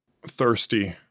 Thirsty